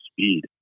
speed